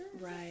Right